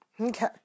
Okay